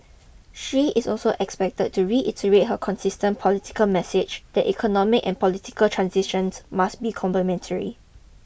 she is also expected to reiterate her consistent political message that economic and political transitions must be complementary